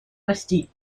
расти